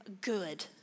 good